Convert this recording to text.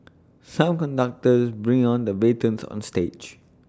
some conductors bring on the batons on stage